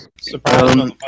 Surprise